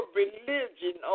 religion